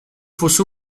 fosse